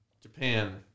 Japan